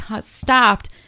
stopped